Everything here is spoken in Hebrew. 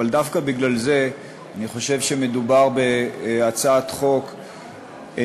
אבל דווקא בגלל זה אני חושב שמדובר בהצעת חוק אנושית,